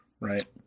Right